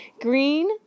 green